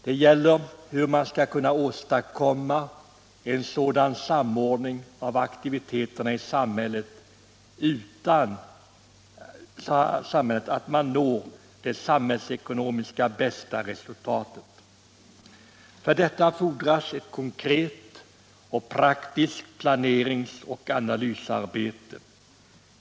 Den gäller hur man skall kunna åstadkomma en sådan samordning av aktiviteterna i samhället att man når det samhällsekonomiskt sett bästa resultatet. För detta fordras ett konkret och praktiskt planeringsoch analysarbete.